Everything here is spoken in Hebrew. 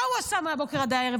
מה הוא עשה מהבוקר עד הערב?